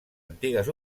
antigues